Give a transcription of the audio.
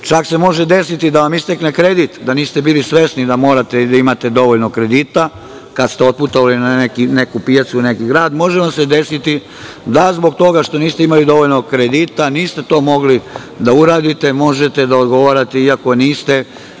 Čak se može desiti da vam istekne kredit, da niste bili svesni da morate da imate dovoljno kredita, kad ste otputovali na neku pijacu ili neki grad, može vam se desiti da zbog toga što niste imali dovoljno kredita, niste to mogli da uradite, možete da odgovarate, i ako niste